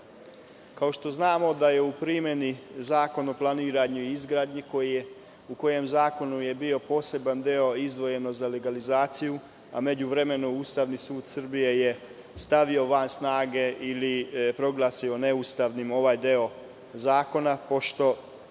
što znamo da je u primeni Zakon o planiranju i izgradnji, u kojem je bio poseban deo izdvojen za legalizaciju, a u međuvremenu Ustavni sud Srbije je stavio van snage ili proglasio neustavnim ovaj deo zakona, pošto